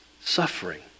suffering